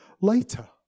later